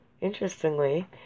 interestingly